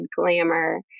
glamour